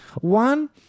One